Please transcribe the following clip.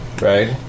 Right